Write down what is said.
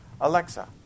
Alexa